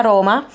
Roma